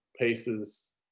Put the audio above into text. pieces